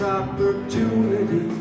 opportunity